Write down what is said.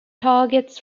targets